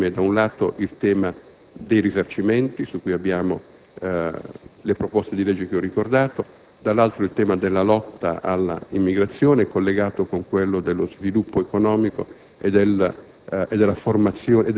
per mettere insieme, da un lato, il tema dei risarcimenti, affrontato nelle proposte di legge che ho ricordato, e dall'altro il tema della lotta all'immigrazione, collegato con quello dello sviluppo economico e della